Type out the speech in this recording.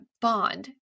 bond